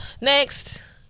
next